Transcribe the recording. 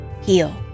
heal